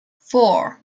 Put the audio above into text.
four